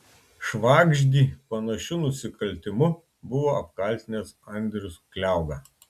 švagždį panašiu nusikaltimu buvo apkaltinęs andrius kliauga